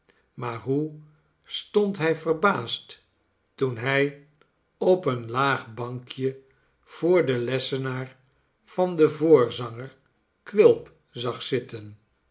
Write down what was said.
maar hoe stond hij verbaasd toen hij op een laag bankje voor den lessenaar van den voorzanger quilp zag zitten